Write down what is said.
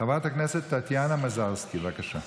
חברת הכנסת טטיאנה מזרסקי, בבקשה.